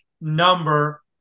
number